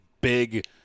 big